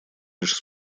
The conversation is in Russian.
лишь